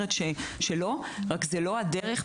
רק זו לא הדרך,